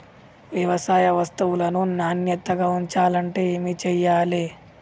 వ్యవసాయ వస్తువులను నాణ్యతగా ఉంచాలంటే ఏమి చెయ్యాలే?